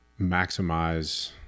maximize